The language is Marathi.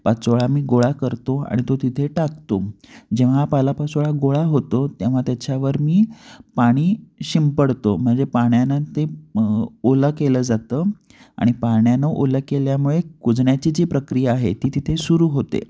पाचोळा मी गोळा करतो आणि तो तिथे टाकतो जेव्हा हा पालापाचोळा गोळा होतो तेव्हा त्याच्यावर मी पाणी शिंपडतो म्हणजे पाण्यानं ते ओलं केलं जातं आणि पाण्यानं ओलं केल्यामुळे कुजण्याची जी प्रक्रिया आहे ती तिथे सुरू होते